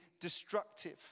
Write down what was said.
destructive